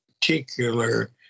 particular